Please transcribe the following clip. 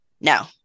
No